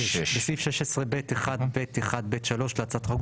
96. בסעיף 16(ב1)(1)(ב)(3) להצעת החוק,